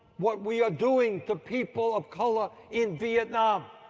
what we are doing to people of color in vietnam.